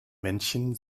männchen